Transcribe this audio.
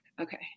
okay